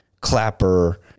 Clapper